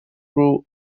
crew